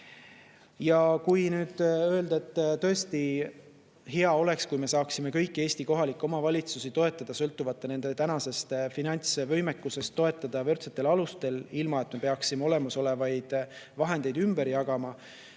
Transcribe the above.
arendamisele kaasa. Tõesti oleks hea, kui me saaksime kõiki Eesti kohalikke omavalitsusi toetada, sõltumata nende tänasest finantsvõimekusest, toetada võrdsetel alustel, ilma et me peaksime olemasolevaid vahendeid ümber jagama,